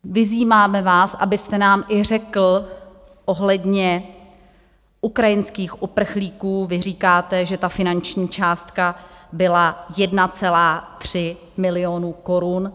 Vyzýváme vás, abyste nám i řekl ohledně ukrajinských uprchlíků vy říkáte, že ta finanční částka byla 1,3 milionu (?) korun.